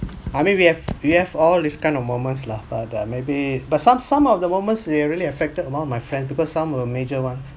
I mean we have we have all this kind of moments lah but err maybe but some some of the moment it really affected among my friends because some major ones